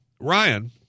Ryan